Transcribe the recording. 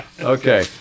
okay